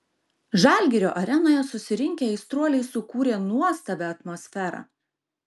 žalgirio arenoje susirinkę aistruoliai sukūrė nuostabią atmosferą